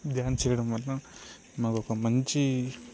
dance చేయటం వల్ల మాకొక మంచి